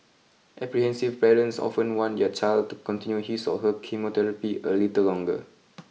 apprehensive parents often want their child continue his or her chemotherapy a little longer